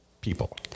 people